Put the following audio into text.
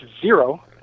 zero